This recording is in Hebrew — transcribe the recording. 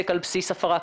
שהועלו: